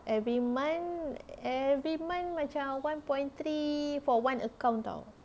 every month every month macam one point three for one account [tau]